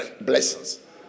blessings